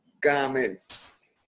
garments